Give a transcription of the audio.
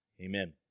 Amen